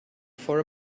for